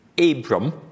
Abram